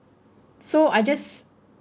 so I just